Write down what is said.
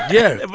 yeah.